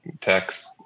text